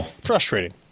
frustrating